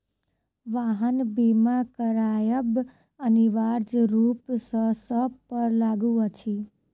वाहन बीमा करायब अनिवार्य रूप सॅ सभ पर लागू अछि